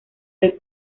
del